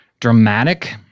dramatic